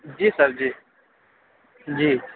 جی sir جی جی